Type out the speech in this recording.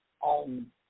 on